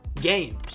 games